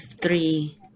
three